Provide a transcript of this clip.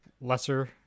lesser